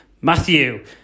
Matthew